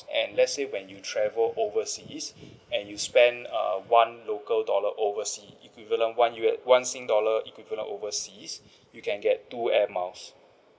and let's say when you travel overseas and you spend err one local dollar oversea equivalent one U~ one sing dollar equivalent overseas you can get two Air Miles